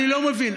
אני לא מבין.